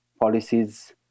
policies